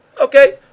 Okay